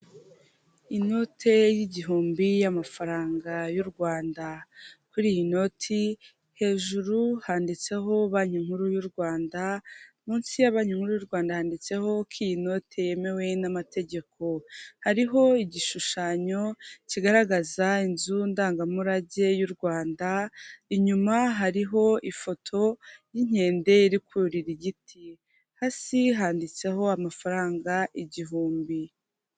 Inote y'igihumbi y'amafaranga y u Rwanda. Kuri iyi noti hejuru handitseho banki nkuru y u Rwanda, munsi ya banki nkuru y'u Rwanda handitseho ko iyi note yemewe n'amategeko. Hariho igishushanyo kigaragaza inzu ndangamurage y'u Rwanda, inyuma hariho ifoto y'inkende iri kurira igiti, hasi handitseho amafaranga igihumbi.